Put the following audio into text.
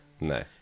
No